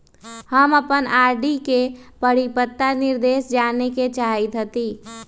हम अपन आर.डी के परिपक्वता निर्देश जाने के चाहईत हती